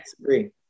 agree